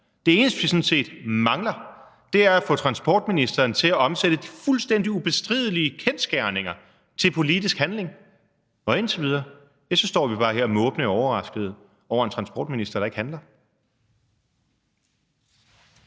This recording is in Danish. Det eneste, vi sådan set mangler, er at få transportministeren til at omsætte fuldstændig ubestridelige kendsgerninger til politisk handling, og indtil videre står vi bare her måbende og overraskede over en transportminister, der ikke handler.